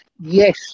yes